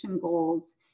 goals